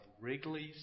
Wrigley's